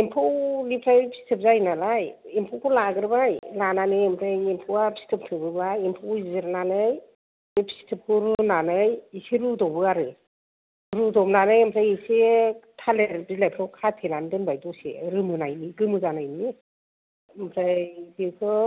एम्फौनिफ्राय फिथोब जायो नालाय एम्फौखौ लाग्रोबाय लानानै ओमफ्राय एम्फौआ फिथोब थोबोब्ला एम्फौखौ जिरनानै बे फिथोबखौ रुनानै एसे रुदबो आरो रुदबनानै ओमफ्राय एसे थालिर बिलाइखौ खाथेनानै दोनबाय दसे रोमोनायनि गोमो जानायनि ओमफ्राय बेखौ